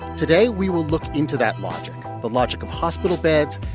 today, we will look into that logic, the logic of hospital beds,